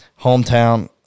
hometown